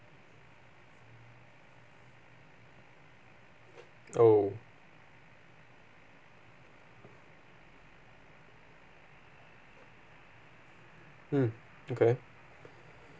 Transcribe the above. oh mm okay